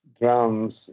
drums